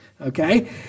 Okay